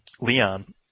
Leon